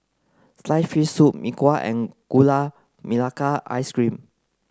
sliced fish soup Mee Kuah and Gula Melaka Ice Cream